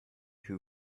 who